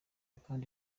kandi